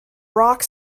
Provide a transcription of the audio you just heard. rock